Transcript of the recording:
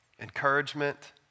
encouragement